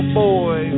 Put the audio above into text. boy